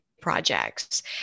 projects